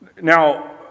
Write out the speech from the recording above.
Now